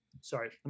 Sorry